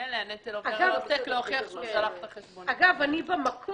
ממילא הנטל להוכיח שהוא שלח את החשבונית עובר לעוסק.